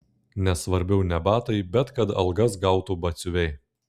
nes svarbiau ne batai bet kad algas gautų batsiuviai